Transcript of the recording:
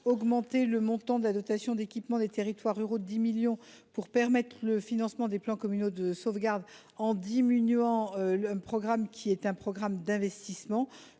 Augmenter le montant de la dotation d’équipement des territoires ruraux de 10 millions d’euros pour permettre le financement des plans communaux de sauvegarde en diminuant un programme d’investissement